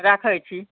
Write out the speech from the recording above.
राखै छी